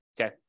okay